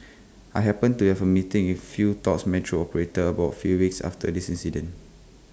I happened to have A meeting A few tops metro operators about few weeks after this incident